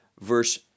verse